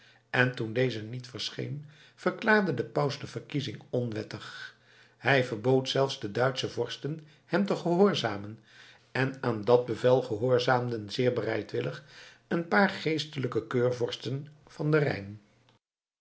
en toen deze niet verscheen verklaarde de paus de verkiezing onwettig hij verbood zelfs den duitschen vorsten hem te gehoorzamen en aan dat bevel gehoorzaamden zeer bereidwillig een paar geestelijke keurvorsten van den rijn